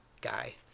Guy